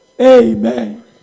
Amen